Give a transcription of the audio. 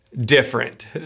different